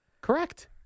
Correct